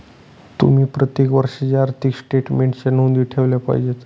तुम्ही प्रत्येक वर्षाच्या आर्थिक स्टेटमेन्टच्या नोंदी ठेवल्या पाहिजेत